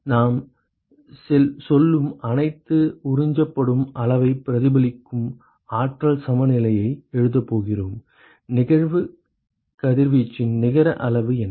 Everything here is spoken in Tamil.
நாம் சொல்லும் அனைத்தும் உறிஞ்சப்படும் அளவை பிரதிபலிக்கும் ஆற்றல் சமநிலையை எழுதப் போகிறோம் நிகழ்வு கதிர்வீச்சின் நிகர அளவு என்ன